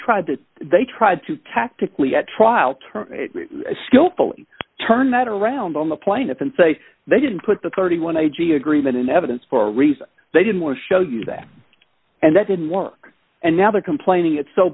tried that they tried to tactically at trial turn skillfully turn that around on the plaintiff and say they didn't put the thirty one i g agreement in evidence for a reason they didn't want to show you that and that didn't work and now they're complaining it's so